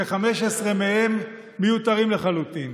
כש-15 מהם מיותרים לחלוטין.